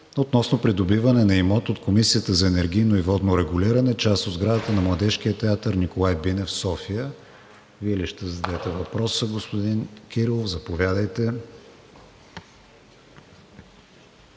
относно придобиване на имот от Комисията за енергийно и водно регулиране, част от сградата на Младежкия театър „Николай Бинев“ в София. Вие ли ще зададете въпроса, господин Кирилов? Заповядайте.